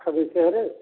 ପାଠ ବିଷୟରେ